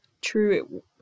true